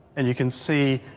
and you can see,